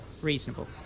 reasonable